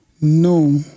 No